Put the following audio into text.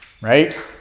right